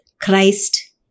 Christ